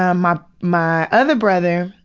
ah, my my other brother,